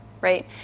right